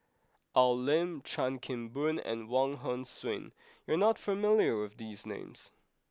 Al Lim Chan Kim Boon and Wong Hong Suen you are not familiar with these names